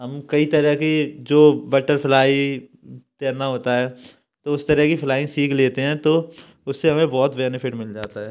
हम कई तरह की जो बटरफ्लाई तैरना होता है तो उस तरह की फ्लाइंग सीख लेते हैं तो उससे हमें बहुत बेनिफिट मिल जाता है